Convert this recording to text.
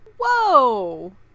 Whoa